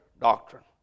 doctrine